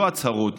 לא הצהרות,